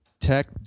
Tech